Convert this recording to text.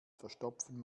verstopfen